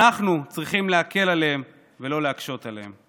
אנחנו צריכים להקל עליהם ולא להקשות עליהם.